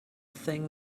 thing